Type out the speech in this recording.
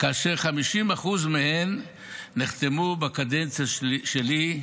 כאשר 50% מהן נחתמו בקדנציה שלי,